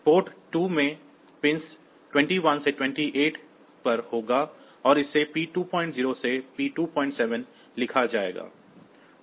port 2 में pins 21 से 28 पर होगा और इसे P20 से P27 लिखा जाएगा